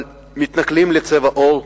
מתנכלים לצבע עור,